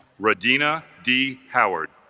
rodina d. howard